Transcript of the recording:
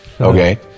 Okay